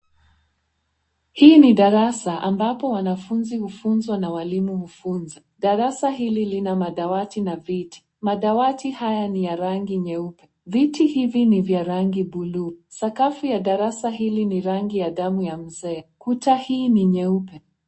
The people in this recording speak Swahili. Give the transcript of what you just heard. Hii ni darasa ambapo wanafunzi hufunzwa na walimu hufunza. Darasa hili lina madawati na viti. Madawati haya ni ya rangi nyeupe. Viti hivi ni vya rangi buluu. Sakafu ya darasa hili ni rangi ya damu ya mzee. Kuta hii ni nyeupe.